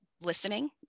listening